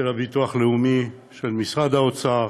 של הביטוח הלאומי, של משרד האוצר